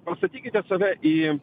pastatykite save į